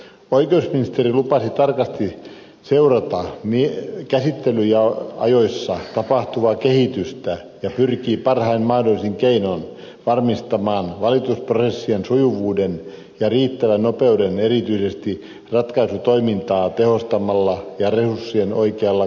oikeusministeri lupasi tarkasti seurata käsittelyajoissa tapahtuvaa kehitystä ja pyrkiä parhain mahdollisin keinoin varmistamaan valitusprosessien sujuvuuden ja riittävän nopeuden erityisesti ratkaisutoimintaa tehostamalla ja resurssien oikealla kohdentamisella